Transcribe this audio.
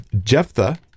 Jephthah